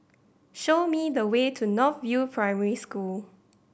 show me the way to North View Primary School